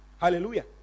Hallelujah